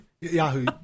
Yahoo